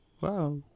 wow